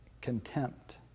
contempt